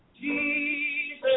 Jesus